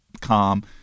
Calm